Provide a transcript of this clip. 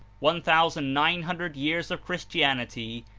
one thousand nine hundred years of christianity,